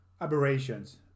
aberrations